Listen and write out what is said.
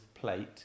plate